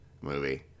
movie